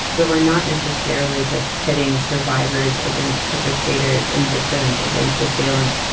where we're not necessarily just pitting survivors against perpetrators and victims against assailants,